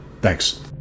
Thanks